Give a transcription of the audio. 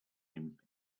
him